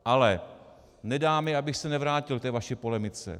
Ale nedá mi, abych se nevrátil k té vaší polemice.